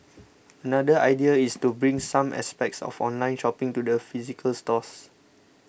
another idea is to bring some aspects of online shopping to the physical stores